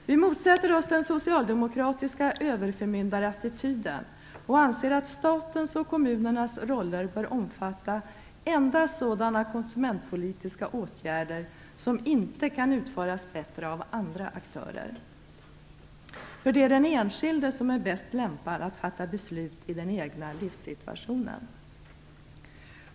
Vi motsätter oss den socialdemokratiska överförmyndarattityden och anser att statens och kommunernas roller bör omfatta endast sådana konsumentpolitiska åtgärder som inte kan utföras bättre av andra aktörer. Det är nämligen den enskilde som är bäst lämpad att fatta beslut i den egna livssituationen.